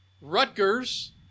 Rutgers